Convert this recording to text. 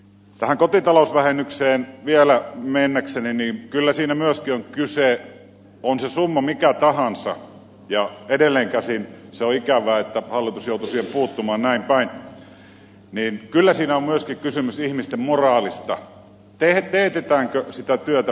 tähän kotitalousvähennykseen vielä mennäkseni niin kyllä siinä myöskin on kyse on se summa mikä tahansa ja edelleen se on ikävää että hallitus joutui siihen puuttumaan näinpäin ihmisten moraalista teetetäänkö sitä työtä pimeänä vai ei